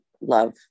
love